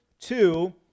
two